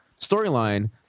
storyline